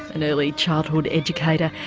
an early childhood educator.